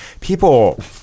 people